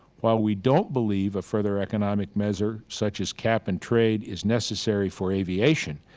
while we don't believe a further economic measure such as cap and trade is necessary for aviation,